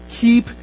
Keep